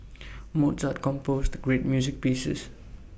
Mozart composed great music pieces